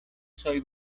soy